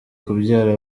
kubyara